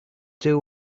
two